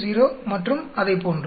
20 மற்றும் அதைப்போன்று